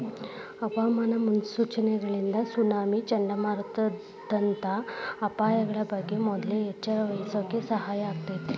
ಹವಾಮಾನ ಮುನ್ಸೂಚನೆಗಳಿಂದ ಸುನಾಮಿ, ಚಂಡಮಾರುತದಂತ ಅಪಾಯಗಳ ಬಗ್ಗೆ ಮೊದ್ಲ ಎಚ್ಚರವಹಿಸಾಕ ಸಹಾಯ ಆಕ್ಕೆತಿ